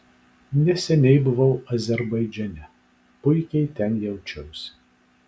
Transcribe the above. neseniai buvau azerbaidžane puikiai ten jaučiausi